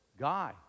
guy